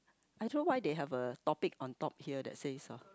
I don't know why they have a topic on top here that says ah